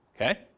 okay